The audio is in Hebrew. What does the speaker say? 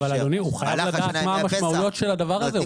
אדוני, הוא חייב לדעת מה המשמעויות של הדבר הזה.